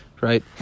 Right